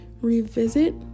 revisit